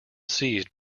seized